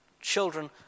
Children